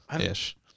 ish